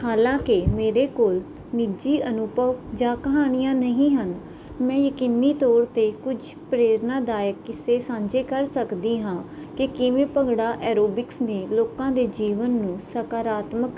ਹਾਲਾਂਕਿ ਮੇਰੇ ਕੋਲ ਨਿੱਜੀ ਅਨੁਭਵ ਜਾਂ ਕਹਾਣੀਆਂ ਨਹੀਂ ਹਨ ਮੈਂ ਯਕੀਨੀ ਤੌਰ ਤੇ ਕੁਝ ਪ੍ਰੇਰਨਾਦਾਇਕ ਕਿੱਸੇ ਸਾਂਝੇ ਕਰ ਸਕਦੀ ਹਾਂ ਕਿ ਕਿਵੇਂ ਭੰਗੜਾ ਐਰੋਬਿਕਸ ਨੇ ਲੋਕਾਂ ਦੇ ਜੀਵਨ ਨੂੰ ਸਕਾਰਾਤਮਕ